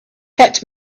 kept